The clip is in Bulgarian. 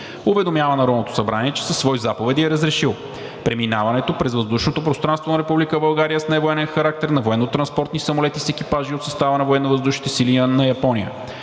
уведомява Народното събрание, че със свои заповеди е разрешил преминаването през въздушното пространство на Република България с невоенен характер на военнотранспортни самолети с екипажи от състава на Военновъздушните